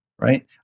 Right